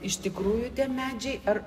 iš tikrųjų tie medžiai ar